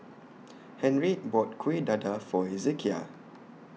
Henriette bought Kuih Dadar For Hezekiah